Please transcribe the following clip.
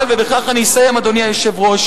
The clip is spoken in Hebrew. אבל, ובכך אני אסיים, אדוני היושב-ראש,